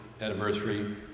anniversary